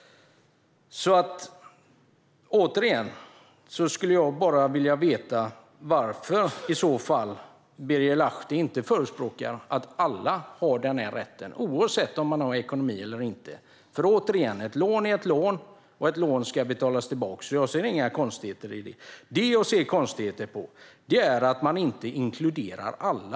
Återigen skulle jag bara vilja veta varför Birger Lahti inte förespråkar att alla ska ha den här rätten, oavsett om man har ekonomi eller inte. Ett lån är ett lån och ska betalas tillbaka. Jag ser inga konstigheter i det. Det jag ser konstigheter i är att man inte inkluderar alla.